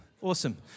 Awesome